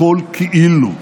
הכול כאילו,